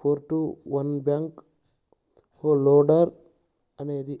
four two one backhoe loader అనేది